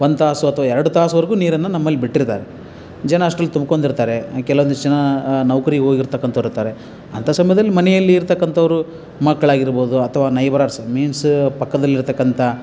ಒಂದು ತಾಸು ಅಥವಾ ಎರಡು ತಾಸ್ವರೆಗೂ ನೀರನ್ನು ನಮ್ಮಲ್ಲಿ ಬಿಟ್ಟಿರ್ತಾರೆ ಜನ ಅಷ್ಟ್ರಲ್ಲಿ ತುಂಬ್ಕೊಂಡಿರ್ತಾರೆ ಕೆಲವೊಂದಿಷ್ಟು ಜನ ನೌಕ್ರಿಗೆ ಹೋಗಿರ್ತಕ್ಕಂಥವ್ರಿರ್ತಾರೆ ಅಂಥ ಸಮಯ್ದಲ್ಲಿ ಮನೆಯಲ್ಲಿರತಕ್ಕಂಥವ್ರು ಮಕ್ಕಳಾಗಿರ್ಬೋದು ಅಥವಾ ನೈಬರರ್ಸ್ ಮೀನ್ಸು ಪಕ್ಕದಲ್ಲಿರತಕ್ಕಂಥ